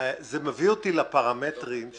כולל ראשי ערים,